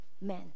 men